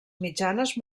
mitjanes